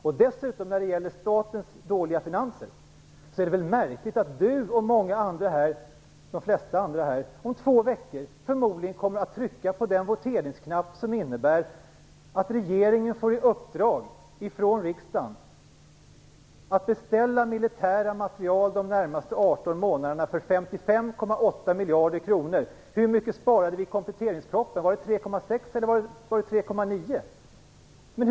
När det gäller statens dåliga finanser är det väl märkligt att Bo Bernhardsson och de flesta andra här om två veckor förmodligen kommer att trycka på den voteringsknapp som innebär att regeringen får i uppdrag från riksdagen att de närmaste 18 månaderna beställa militära materiel för 55,8 miljarder kronor. Hur mycket sparade vi i kompletteringspropositionen? Var det 3,6 eller 3,9 miljarder?